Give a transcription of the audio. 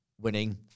winning